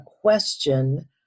question